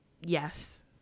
Yes